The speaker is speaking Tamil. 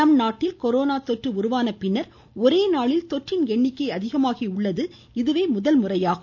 நம்நாட்டில் கொரோனா தொற்று உருவான பின்னர் ஒரே நாளில் தொற்றின் எண்ணிக்கை அதிகமாகியுள்ளது இதுவே முதல்முறையாகும்